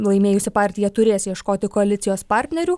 laimėjusi partija turės ieškoti koalicijos partnerių